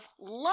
love